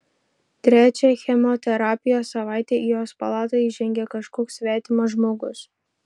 trečią chemoterapijos savaitę į jos palatą įžengė kažkoks svetimas žmogus